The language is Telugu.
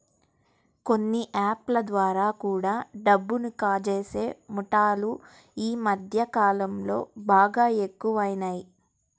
కొన్ని యాప్ ల ద్వారా కూడా డబ్బుని కాజేసే ముఠాలు యీ మద్దె కాలంలో బాగా ఎక్కువయినియ్